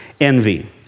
envy